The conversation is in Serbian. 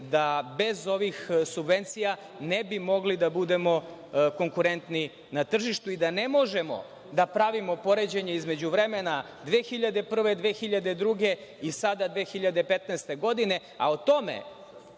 da bez ovih subvencija ne bi mogli da budemo konkurentni na tržištu i da ne možemo da pravimo poređenje između vremena 2001, 2002. godine i sada 2015. godine, a o tome